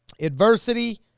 Adversity